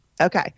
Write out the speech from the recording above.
Okay